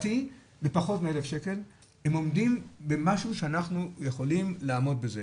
שלדעתי בפחות מ-1,000 שקל הם עומדים במשהו שאנחנו יכולים לעמוד בזה.